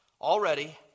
already